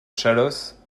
chalosse